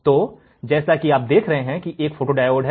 तो जैसा कि आप देख रहे हैं यह एक फोटोडायोड है